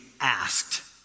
asked